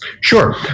Sure